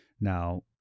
Now